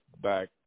back